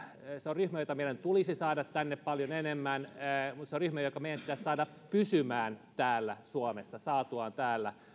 se on ryhmä jota meidän tulisi saada tänne paljon enemmän mutta se on ryhmä joka meidän pitäisi saada pysymään täällä suomessa saatuaan täällä